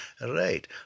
Right